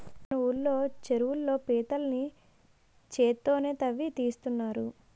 మన ఊళ్ళో చెరువుల్లో పీతల్ని చేత్తోనే తవ్వి తీస్తున్నారు